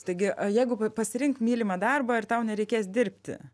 taigi jeigu pasirink mylimą darbą ir tau nereikės dirbti